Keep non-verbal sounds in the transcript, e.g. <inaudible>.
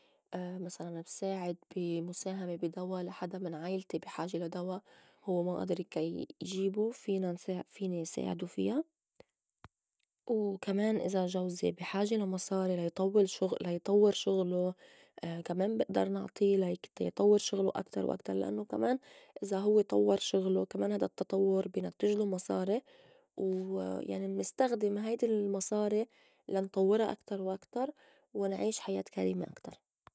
<hesitation> مسلاً بساعد بي مُساهمة بي دوا لحدا من عيلتي بي حاجة لا دوا هوّ ما آدر يكاي <unintelligible> يجيبو فينا نساع- فيني ساعدو فيا، <noise> وكمان إذا جوزي بي حاجة لا مصاري لا يطوّل- شغله- لا يطوّر شغله <hesitation> كمان بئدر نعطي ليك <unintelligible> لا يطوّر شغله أكتر وأكتر لأنّو كمان إذا هوّ طوّر شغله كمان هيدا التطوّر بينتّجلو مصاري و يعني منستخدم هيدي المصاري لنطوّرا أكتر وأكتر ونعيش حياة كريمة أكتر.